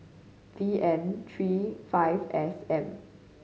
V N three F S M